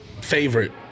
favorite